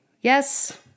yes